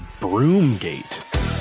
Broomgate